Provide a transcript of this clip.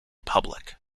public